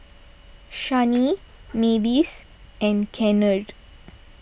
Shani Mavis and Kennard